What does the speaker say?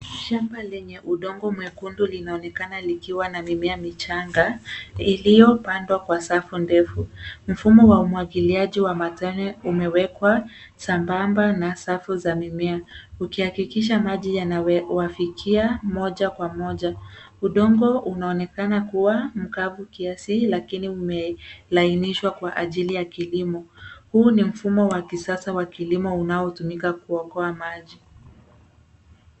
Shamba lenye udongo mwekundu, linaonekana likiwa na mimea michanga iliyopandwa kwa safu ndefu. Mfumo wa umwagiliaji wa matone umewekwa sambamba na safu za mimea, ukihakikisha maji yanawafikia moja kwa moja. Udongo unaonekana kuwa mkavu kiasi lakini umelainishwa kwa ajili ya kilimo. Huu ni mfumo wa kisasa wa kilimo unaotumika kuokoa maji.